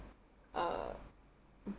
uh